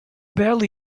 barely